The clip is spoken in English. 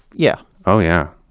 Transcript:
yeah oh yeah.